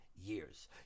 years